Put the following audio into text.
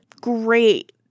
great